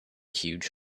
huge